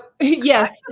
yes